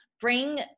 bring